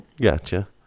gotcha